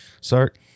Start